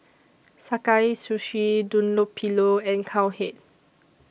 Sakae Sushi Dunlopillo and Cowhead